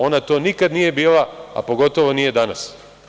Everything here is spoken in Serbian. Ona to nikad nije bila, a pogotovo nije danas.